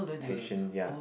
patience ya